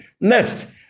Next